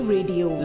Radio